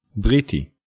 Briti